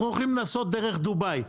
אנחנו הולכים לנסות דרך דובאי.